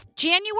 January